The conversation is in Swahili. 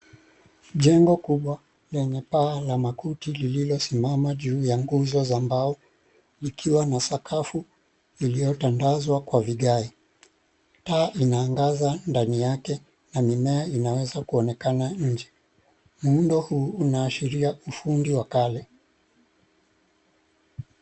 Jengo kubwa lenye paa la makuti lilosimama juu ya nguzo za mbao, likiwa na sakafu iliyotandazwa kwa vigai. Taa inaaangaza ndani yake na mimea inaweza kuonekana nje. Muundo huu unaashiria ufundi wa kale.